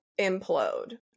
implode